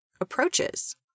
approaches